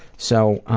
so,